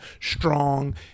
strong